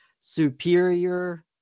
superior